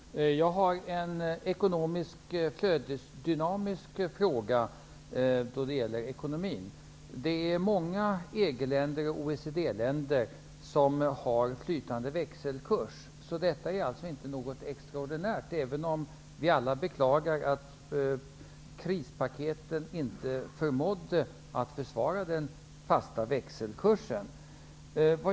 Herr talman! Jag har en ekonomisk flödesdynamisk fråga då det gäller ekonomin. Det är många EG-länder och OECD-länder som har flytande växelkurs. Detta är alltså inte något extraordinärt, även om vi alla beklagar att krispaketen inte förmådde att försvara den fasta växelkursen.